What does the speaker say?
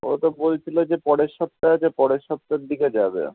ও তো বলছিলো যে পরের সপ্তাহে যে পরের সপ্তাহর দিকে যাবে